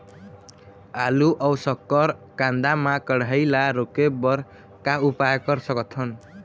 आलू अऊ शक्कर कांदा मा कढ़ाई ला रोके बर का उपाय कर सकथन?